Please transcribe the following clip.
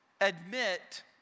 admit